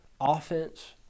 offense